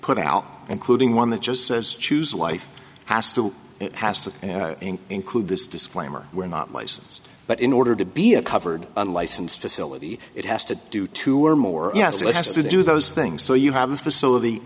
put out including one that just says choose life has to it has to include this disclaimer we're not licensed but in order to be a covered unlicensed facility it has to do two or more yes it has to do those things so you have this facility